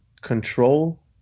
control